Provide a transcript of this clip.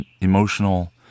emotional